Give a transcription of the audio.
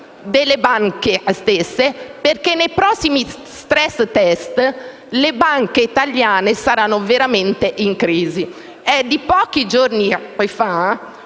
delle stesse banche perché nei prossimi *stress test* le banche italiane saranno veramente in crisi. È di pochi giorni fa